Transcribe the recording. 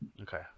okay